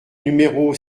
numéro